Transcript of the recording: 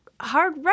Hard